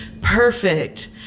perfect